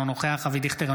אינו נוכח אבי דיכטר,